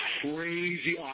crazy